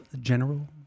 General